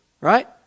Right